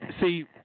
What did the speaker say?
See